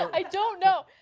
i don't know.